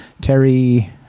Terry